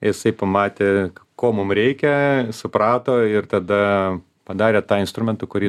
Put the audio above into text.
jisai pamatė ko mum reikia suprato ir tada padarė tą instrumentą kurį